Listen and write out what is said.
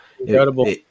incredible